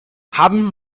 haben